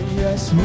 Yes